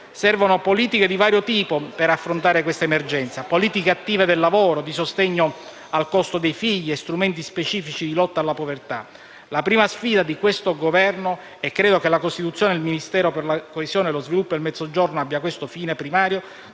Servono politiche di vario tipo per affrontare questa emergenza, politiche attive del lavoro, di sostegno al costo dei figli e strumenti specifici di lotta alla povertà. La prima sfida di questo Governo - e credo che la costituzione del Ministero per la coesione e lo sviluppo del Mezzogiorno abbia questo fine primario